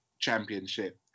championship